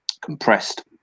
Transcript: compressed